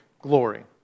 glory